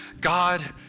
God